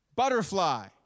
Butterfly